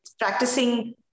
practicing